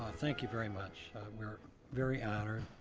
thank you very much we're very honored.